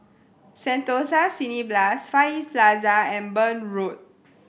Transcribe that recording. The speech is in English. Sentosa Cineblast Far East Plaza and Burn Road